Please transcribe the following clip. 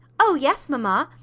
oh yes, mamma.